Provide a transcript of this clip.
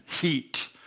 heat